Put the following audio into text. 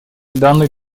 данной